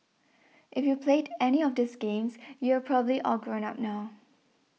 if you played any of these games you are probably all grown up now